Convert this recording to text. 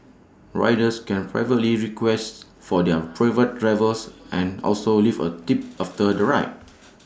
riders can privately request for their preferred drivers and also leave A tip after the ride